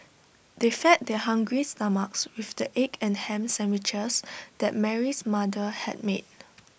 they fed their hungry stomachs with the egg and Ham Sandwiches that Mary's mother had made